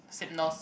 synopsis